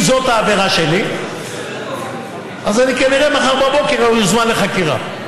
אם זאת העבירה שלי אז אני כנראה מחר בבוקר אזומן לחקירה.